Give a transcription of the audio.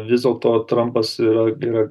vis dėlto trampas yra yra